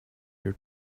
your